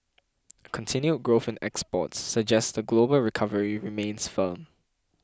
a continued growth in exports suggest the global recovery remains firm